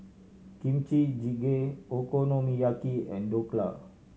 Kimchi Jjigae Okonomiyaki and Dhokla